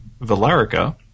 Valerica